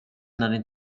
нарын